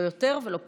לא יותר ולא פחות.